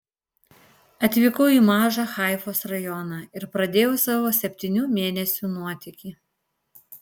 atvykau į mažą haifos rajoną ir pradėjau savo septynių mėnesių nuotykį